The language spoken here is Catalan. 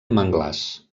manglars